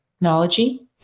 technology